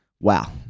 Wow